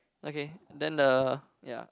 okay then the ya